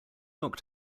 york